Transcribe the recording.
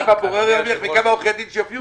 עכשיו הבורר ירוויח מכמה עורכי דין שיופיעו בפניו.